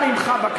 שסחט ממך,